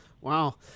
wow